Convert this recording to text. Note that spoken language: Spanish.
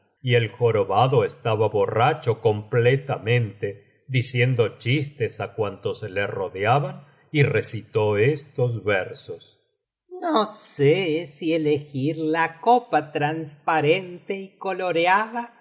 y el jorobado estaba borracho completamente diciendo chistes á cuantos le rodeaban y recitó estos versos no sé si elegir la copa transparente y coloreada